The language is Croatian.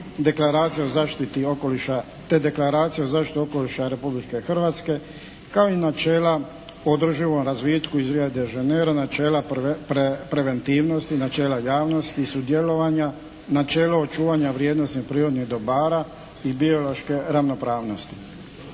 te Deklaracije o zaštiti okoliša Republike Hrvatske kao i načela o održivom razvitku iz Rio de Jeneira načela preventivnosti, načela javnosti i sudjelovanja, načelo očuvanja vrijednosnih prirodnih dobara i biološke ravnopravnosti,